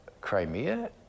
Crimea